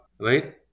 right